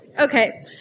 Okay